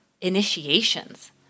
initiations